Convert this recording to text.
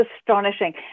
astonishing